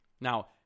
Now